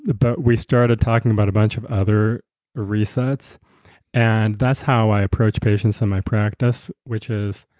but we started talking about a bunch of other resets and that's how i approach patients in my practice which is,